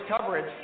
coverage